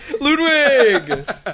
Ludwig